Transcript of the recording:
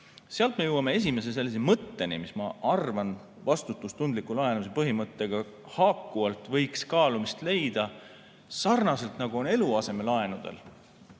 Sealt me jõuame esimese sellise mõtteni, mis, ma arvan, vastutustundliku laenamise põhimõttega haakuvalt võiks kaalumist leida sarnaselt, nagu on eluasemelaenudel,